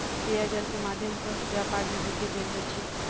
पेयजल के माध्यम सॅ व्यापार में वृद्धि भेल अछि